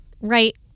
right